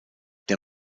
der